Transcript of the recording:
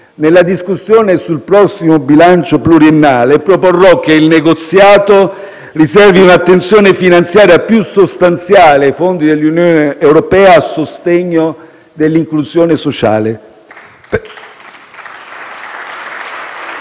Nella discussione sul prossimo bilancio pluriennale, proporrò che il negoziato riservi un'attenzione finanziaria più sostanziale ai fondi dell'Unione europea a sostegno dell'inclusione sociale.